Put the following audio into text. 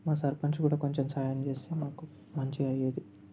మా సర్పంచ్ కూడా కొంచెం సాయం చేస్తే కనుక మంచిగా అయ్యేది